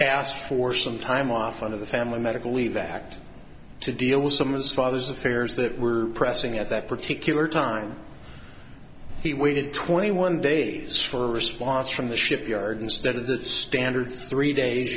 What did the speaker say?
asked for some time off on the family medical leave act to deal with some of his father's affairs that were pressing at that particular time he waited twenty one days for a response from the shipyard instead of the standard three days